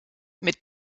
mit